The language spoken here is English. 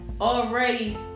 already